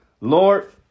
Lord